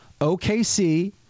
OKC